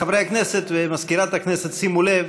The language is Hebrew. חברי הכנסת ומזכירת הכנסת, שימו לב,